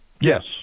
Yes